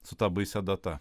su ta baisia data